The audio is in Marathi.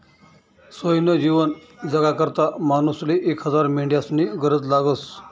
सोयनं जीवन जगाकरता मानूसले एक हजार मेंढ्यास्नी गरज लागस